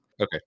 Okay